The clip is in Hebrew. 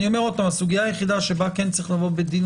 הסוגיה היחידה שבה כן יש לבוא בדין